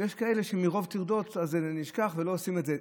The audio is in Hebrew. ויש כאלה שמרוב טרדות זה נשכח ולא עושים את זה.